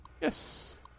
Yes